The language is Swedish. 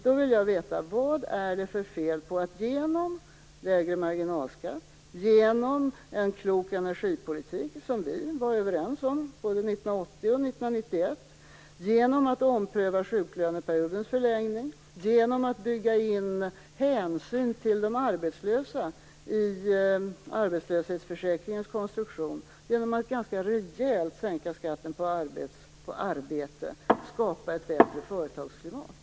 Då vill jag veta vad det är för fel på att genom lägre marginalskatt, en klok energipolitik som vi var överens om både 1980 och 1991, en omprövning av sjuklöneperiodens förlängning, genom att bygga in hänsyn till de arbetslösa i arbetslöshetsförsäkringens konstruktion och genom att ganska rejält sänka skatten på arbete skapa ett bättre företagsklimat.